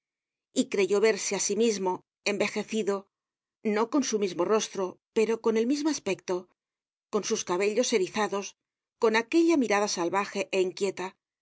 y creyó verse á sí mismo envejecido no con su mismo rostro pero con el mismo aspecto con sus cabellos erizados con aquella mirada salvaje é inquieta